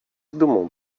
dumą